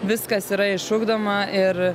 viskas yra išugdoma ir